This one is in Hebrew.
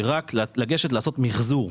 הוא רק לגשת ולעשות מחזור.